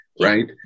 right